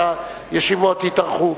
שהישיבות יתארכו,